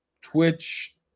Twitch